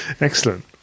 Excellent